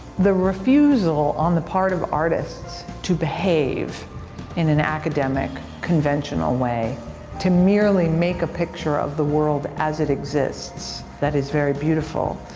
the refusal on the part of artists to behave in an academic conventional way to merely make a picture of the world as it exists that is very beautiful,